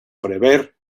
prever